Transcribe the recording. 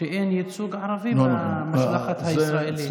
שאין ייצוג ערבי במשלחת הישראלית.